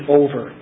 over